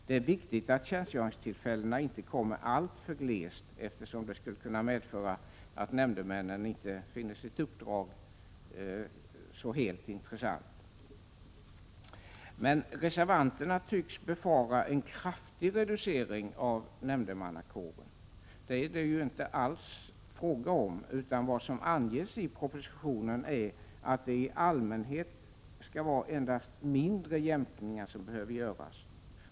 Det är viktigt att tjänstgöringstillfällena inte kommer alltför glest, eftersom det skulle kunna medföra att nämndemännen finner sitt uppdrag mindre intressant. Reservanterna tycks befara en kraftig reducering av nämndemannakåren. Det är det ju alls inte fråga om, utan vad som anges i propositionen är att det i allmänhet endast är mindre jämkningar som behöver göras.